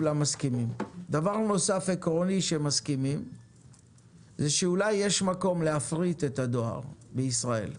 דבר נוסף עקרוני שמסכימים זה שאולי יש מקום להפריט את הדואר בישראל,